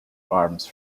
arms